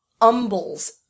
umbles